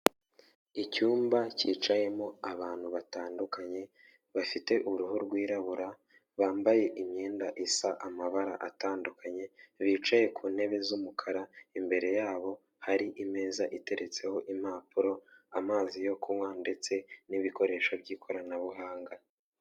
Icyumba cyicayemo abantu batandukanye, bafite uruhu rwirabura, bambaye imyenda isa amabara atandukanye, bicaye ku ntebe z'umukara, imbere yabo hari imeza iteretseho impapuro, amazi yo kunywa ndetse n'ibikoresho by'ikoranabuhanga.